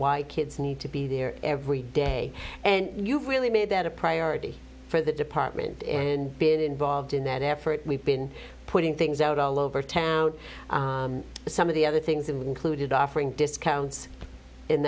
why kids need to be there every day and you've really made that a priority for the department in been involved in that effort we've been putting things out all over town some of the other things that would include offering discounts and